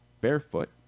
barefoot